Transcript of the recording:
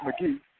McGee